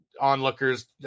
onlookers